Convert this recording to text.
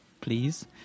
please